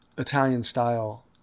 Italian-style